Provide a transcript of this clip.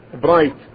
bright